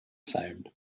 sound